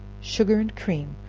sugar and cream,